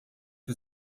que